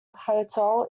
hotel